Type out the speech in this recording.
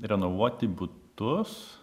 renovuoti butus